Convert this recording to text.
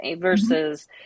versus